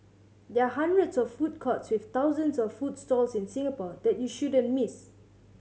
there are hundreds of food courts with thousands of food stalls in Singapore that you shouldn't miss